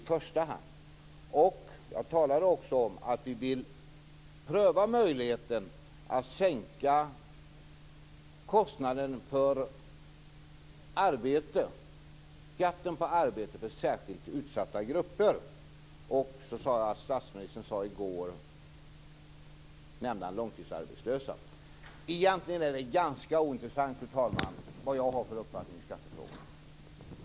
Jag talade också om att vi vill pröva möjligheten att sänka skatten på arbete för särskilt utsatta grupper. Statsministern nämnde långtidsarbetslösa. Egentligen är det ganska ointressant vad jag har för uppfattning i skattefrågor.